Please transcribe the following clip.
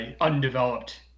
undeveloped